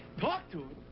talk to